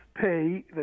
pay